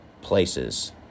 places